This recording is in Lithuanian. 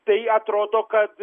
tai atrodo kad